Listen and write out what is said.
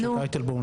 משה טייטלבוים,